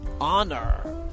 Honor